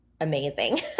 amazing